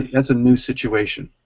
that's a new situation.